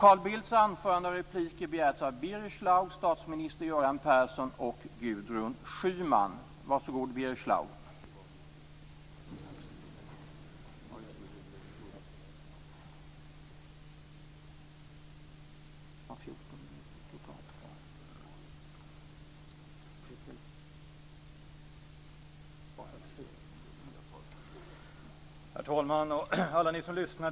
Herr talman! Alla ni som lyssnar!